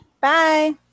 Bye